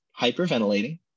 hyperventilating